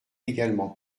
également